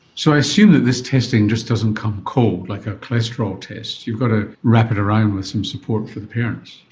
so i assume that this testing just doesn't come cold, like a cholesterol test, you've got to wrap it around with some support for the parents.